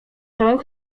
całem